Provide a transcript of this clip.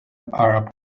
arab